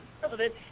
president